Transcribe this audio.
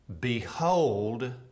behold